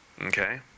Okay